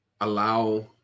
allow